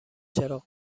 چراغ